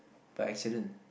by accident